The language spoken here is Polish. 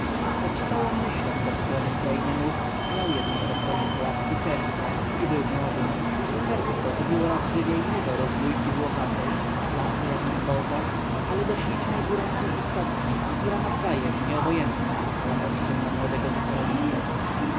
choć całą myślą zatopiony w krainie much miał jednak dr muchołapski serce i był młodym serce to zabiło raz żywiej nie do rozbójki włochatej laphria gibbosa ale do ślicznej dwurękiej istotki która nawzajem nieobojętnem rzucała oczkiem na młodego naturalistę